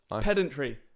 Pedantry